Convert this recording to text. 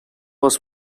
was